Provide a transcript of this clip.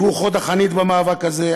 שהוא חוד החנית במאבק הזה.